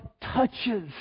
touches